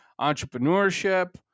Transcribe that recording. entrepreneurship